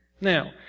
Now